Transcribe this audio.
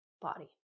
body